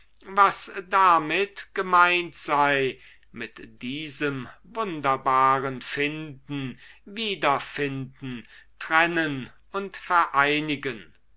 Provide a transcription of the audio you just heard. was damit gemeint sei mit diesem wunderbaren finden wiederfinden trennen und vereinigen